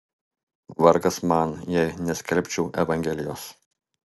vargas man jei neskelbčiau evangelijos